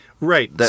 Right